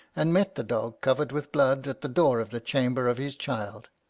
and met the dog, covered with blood, at the door of the chamber of his child.